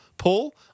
Paul